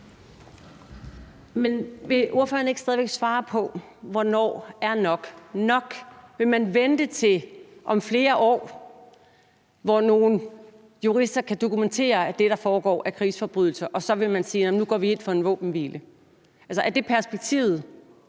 Men vil ordføreren ikke stadig væk svare på, hvornår nok er nok? Vil man vente til om flere år, hvor nogle jurister kan dokumentere, at det, der foregår, er krigsforbrydelser, og så sige, at nu går man ind for en våbenhvile? Altså, er det perspektivet?